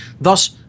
Thus